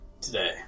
today